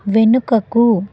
వెనుకకు